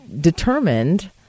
determined